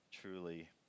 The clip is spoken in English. truly